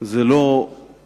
זה לא נכון,